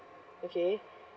okay